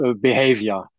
behavior